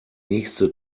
nächste